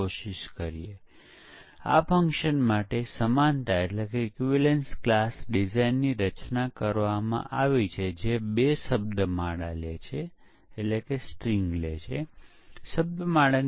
પરંતુ હવે આ પ્રશ્ન પૂછવા દો કે એકવાર પ્રોગ્રામમાં ટેસ્ટિંગ થાય છે તેમાં તમે ઇનપુટ સંખ્યા આપી ભૂલો શોધી શકો છો